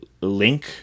link